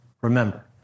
remember